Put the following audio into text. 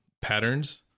patterns